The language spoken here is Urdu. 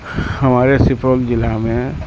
ہمارے سپول ضلع میں